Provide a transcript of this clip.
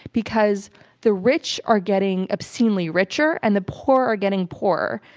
because the rich are getting obscenely richer and the poor are getting poorer.